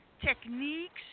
techniques